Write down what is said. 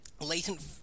latent